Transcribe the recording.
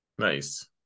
Nice